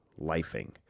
lifing